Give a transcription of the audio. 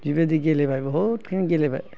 बेबायदि गेलेबाय बहुद खिनि गेलेबाय